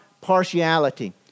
partiality